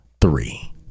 three